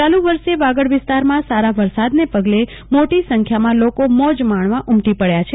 ચાલુ વર્ષ વાગડ વિસ્તારમાં સારા વરસાદને પગલે મોટી સખ્યામાં લોકો મોજ માણવા ઉમટી પડયા છે